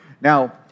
Now